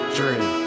dream